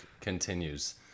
continues